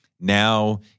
Now